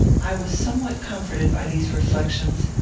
i was somewhat comforted by these reflections,